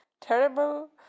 terrible